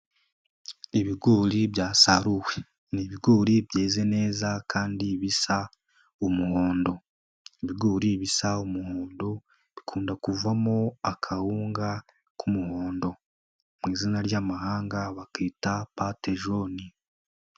Ibigori byasaruwe ni ibigori byeze neza kandi bisa umuhondo, ibigori bisa umuhondo bikunda kuvamo akawunga k'umuhondo mu izina ry'amahanga bakita patejone.